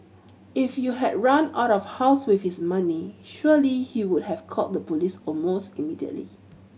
if you had run out of house with his money surely he would have called the police almost immediately